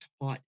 taught